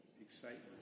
Excitement